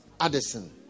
addison